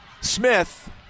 Smith